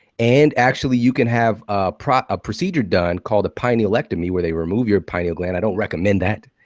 and actually, you can have a procedure a procedure done called a pinealectomy where they remove your pineal gland. i don't recommend that,